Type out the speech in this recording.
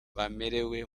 bamerewe